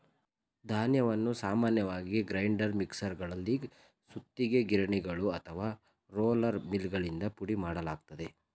ಧಾನ್ಯವನ್ನು ಸಾಮಾನ್ಯವಾಗಿ ಗ್ರೈಂಡರ್ ಮಿಕ್ಸರಲ್ಲಿ ಸುತ್ತಿಗೆ ಗಿರಣಿಗಳು ಅಥವಾ ರೋಲರ್ ಮಿಲ್ಗಳಿಂದ ಪುಡಿಮಾಡಲಾಗ್ತದೆ